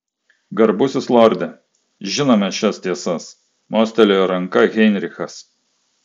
garbusis lorde žinome šias tiesas mostelėjo ranka heinrichas